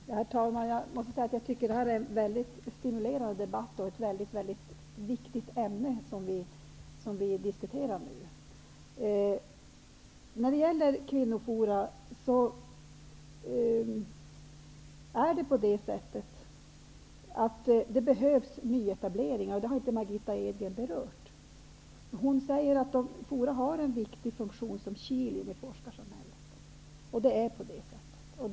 Herr talman! Jag måste säga att detta är en väldigt stimulerande debatt, det är ett mycket viktigt ämne som vi nu diskuterar. När det gäller kvinnoforum behövs verkligen nyetablering. Det berörde inte Margitta Edgren. Hon säger att forum har en viktig funktion som kil i forskarsamhället. Det är så.